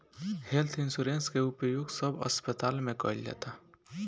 health insurance के उपयोग सब अस्पताल में कईल जाता